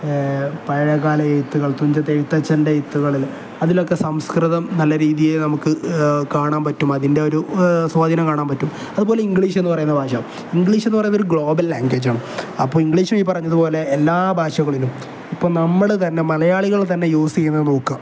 പഴയകാല എഴുത്തുകൾ തുഞ്ചത്തെഴുത്തച്ഛൻ്റെ എഴുത്തുകൾ അതിലൊക്കെ സംസ്കൃതം നല്ല രീതിയിൽ നമുക്ക് കാണാൻ പറ്റും അതിൻ്റെ ഒരു സ്വാധീനം കാണാൻ പറ്റും അതുപോലെ ഇംഗ്ലീഷെന്ന് പറയുന്ന ഭാഷ ഇംഗ്ലീഷെന്ന് പറയുന്ന ഒരു ഗ്ലോബൽ ലാംഗ്വേജാണ് അപ്പം ഇംഗ്ലീഷ് ഈ പറഞ്ഞതുപോലെ എല്ലാ ഭാഷകളിലും ഇപ്പം നമ്മൾ തന്നെ മലയാളികൾ തന്നെ യൂസ് ചെയ്യുന്നത് നോക്കാം